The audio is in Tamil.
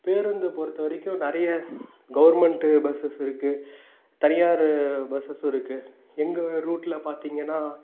பேருந்து பொறுத்தவரைக்கும் நிறைய கவர்மெண்ட்டு பஸ்ஸஸ் இருக்குது தனியார் பஸ்ஸஸ்ஸும் இருக்குது எங்கள் ரூட்ல பார்த்தீங்கன்னா